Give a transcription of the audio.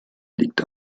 liegt